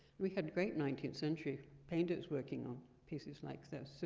we had great nineteenth century painters working on pieces like this, so